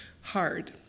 hard